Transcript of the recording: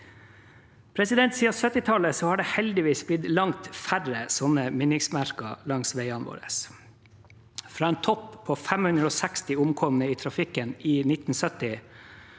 en skole. Siden 1970-tallet har det heldigvis blitt langt færre slike minnesmerker langs veiene våre. Fra en topp på 560 omkomne i trafikken i 1970,